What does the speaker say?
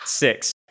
Six